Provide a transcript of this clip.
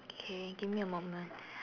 K give me a moment